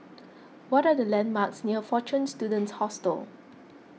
what are the landmarks near fortune Students Hostel